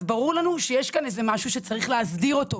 אז ברור לנו שיש כאן איזה משהו שצריך להסדיר אותו,